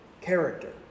character